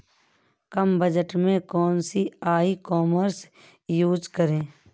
कम budget में कौन सी ई कॉमर्स यूज़ करें?